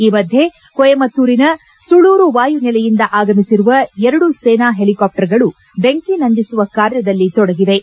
ಈ ಮಧ್ಯೆ ಕೊಯಮತ್ತೂರಿನ ಸುಳೂರು ವಾಯುನೆಲೆಯಿಂದ ಆಗಮಿಸಿರುವ ಎರಡು ಸೇನಾ ಹೆಲಿಕಾಪ್ಲರ್ಗಳು ಬೆಂಕಿ ನಂದಿಸುವ ಕಾರ್ಯದಲ್ಲಿ ತೊಡಗಿವೆ